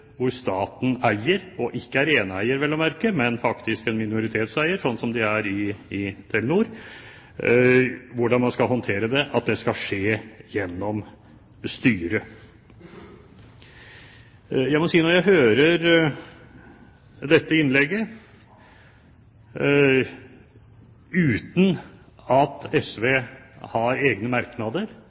hvor staten er eier – ikke eneeier, vel å merke, men faktisk en minoritetseier, slik som den er i Telenor – skal håndtere det, og at det skal skje gjennom styret. Når jeg hører dette innlegget fra Holmelid, uten at SV har egne merknader